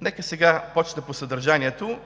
нека да започна по съдържанието.